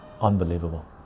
unbelievable